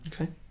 Okay